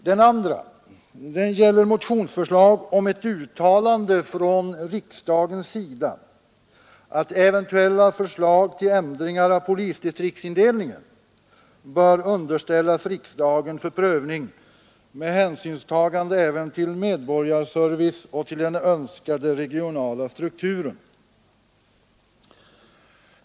Den andra gäller motionsförslag om ett uttalande från riksdagens sida att eventuella förslag till ändringar av polisdistriktsindelningen bör underställas riksdagen för prövning med hänsynstagande även till medborgarservice och till den önskade regionala strukturen.